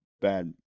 bad